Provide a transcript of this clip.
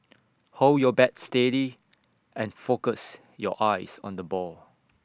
hold your bat steady and focus your eyes on the ball